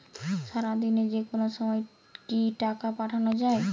সারাদিনে যেকোনো সময় কি টাকা পাঠানো য়ায়?